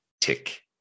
tick